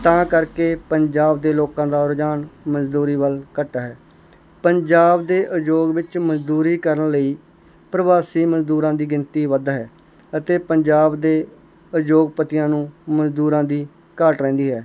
ਤਾਂ ਕਰਕੇ ਪੰਜਾਬ ਦੇ ਲੋਕਾਂ ਦਾ ਰੁਝਾਨ ਮਜ਼ਦੂਰੀ ਵੱਲ ਘੱਟ ਹੈ ਪੰਜਾਬ ਦੇ ਉਦਯੋਗ ਵਿੱਚ ਮਜ਼ਦੂਰੀ ਕਰਨ ਲਈ ਪ੍ਰਵਾਸੀ ਮਜ਼ਦੂਰਾਂ ਦੀ ਗਿਣਤੀ ਵੱਧ ਹੈ ਅਤੇ ਪੰਜਾਬ ਦੇ ਉਦਯੋਗਪਤੀਆਂ ਨੂੰ ਮਜ਼ਦੂਰਾਂ ਦੀ ਘਾਟ ਰਹਿੰਦੀ ਹੈ